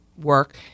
work